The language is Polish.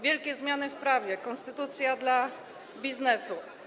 Wielkie zmiany w prawie, konstytucja dla biznesu.